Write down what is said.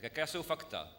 Jaká jsou fakta.